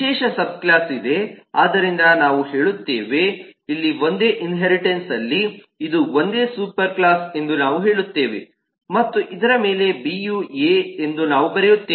ವಿಶೇಷ sub class ಇದೆ ಆದ್ದರಿಂದ ನಾವು ಹೇಳುತ್ತೇವೆ 1741 ರಿಂದ 1947 ರವರೆಗೆ ಯಾವುದೇ ವಿಡಿಯೋ ಅಥವಾ ಆಡಿಯೋ ಇಲ್ಲ ಇಲ್ಲಿ ಒಂದೇ ಇನ್ಹೇರಿಟನ್ಸ್ಅಲ್ಲಿ ಇದು ಒಂದೇ ಸೂಪರ್ ಕ್ಲಾಸ್ ಎಂದು ನಾವು ಹೇಳುತ್ತೇವೆ ಮತ್ತು ಇದರ ಮೇಲೆ ಬಿಯು ಎ ಎಂದು ನಾವು ಬರೆಯುತ್ತೇವೆ